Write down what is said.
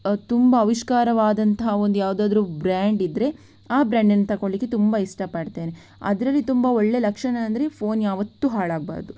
ತುಂಬ ಆವಿಷ್ಕಾರವಾದಂತಹ ಒಂದು ಯಾವುದಾದರೂ ಬ್ರ್ಯಾಂಡ್ ಇದ್ದರೆ ಆ ಬ್ರ್ಯಾಂಡನ್ನು ತಗೊಳ್ಲಿಕ್ಕೆ ತುಂಬ ಇಷ್ಟಪಡ್ತೇನೆ ಅದರಲ್ಲಿ ತುಂಬ ಒಳ್ಳೆಯ ಲಕ್ಷಣ ಅಂದರೆ ಫೋನ್ ಯಾವತ್ತೂ ಹಾಳಾಗಬಾರದು